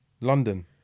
London